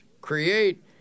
create